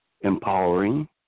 empowering